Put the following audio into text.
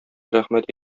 рәхмәт